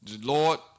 Lord